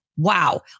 wow